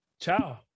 ciao